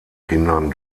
kindern